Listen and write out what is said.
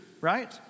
right